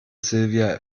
silvia